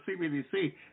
CBDC